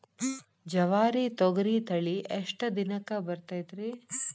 ಜವಾರಿ ತೊಗರಿ ತಳಿ ಎಷ್ಟ ದಿನಕ್ಕ ಬರತೈತ್ರಿ?